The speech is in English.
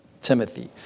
Timothy